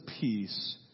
Peace